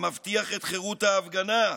המבטיח את חירות ההפגנה,